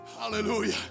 Hallelujah